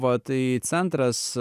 va tai centras